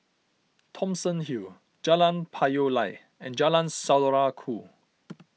Thomson Hill Jalan Payoh Lai and Jalan Saudara Ku